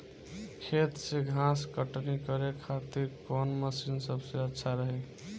खेत से घास कटनी करे खातिर कौन मशीन सबसे अच्छा रही?